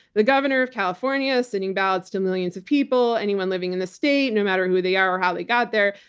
the governor of california is sending ballots to millions of people, anyone living in the state, no matter who they are, how they got there,